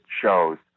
shows